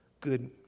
good